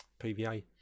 PVA